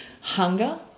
hunger